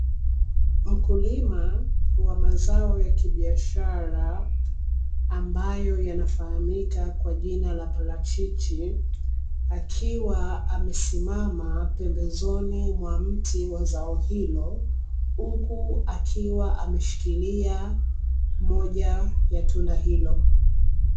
Wakulima wa mazao ya kibiashara ambayo yanafahamika kwa jina la parachichi, akiwa amesimama pembezoni mwa mti wa zao hilo huku akiwa ameshikilia moja ya tunda hilo.